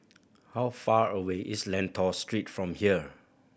how far away is Lentor Street from here